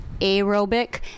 aerobic